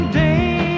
day